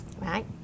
Right